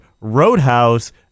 Roadhouse